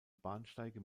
bahnsteige